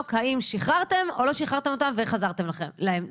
האם שחררתם או לא שחררתם אותם ועזרתם להם.